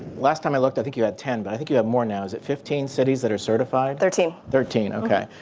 last time i looked i think you had ten. but i think you have more now. is it fifteen cities that are certified? thirteen. thirteen, okay.